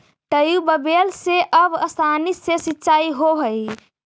tubewell से अब आसानी से सिंचाई होवऽ हइ